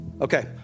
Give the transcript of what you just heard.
Okay